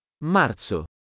marzo